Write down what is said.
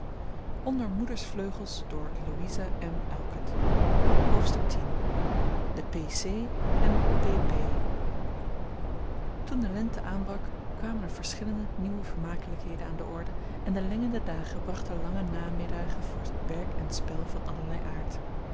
hoofdstuk x de p c en p p toen de lente aanbrak kwamen er verschillende nieuwe vermakelijkheden aan de orde en de lengende dagen brachten lange namiddagen voor werk en spel van allerlei aard